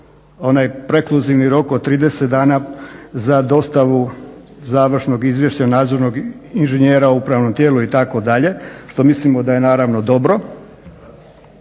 onaj prekluzivni rok od 30 dana za dostavu završnog izvješća nadzornog inženjera u upravnom tijelu itd., što mislimo da je naravno dobro,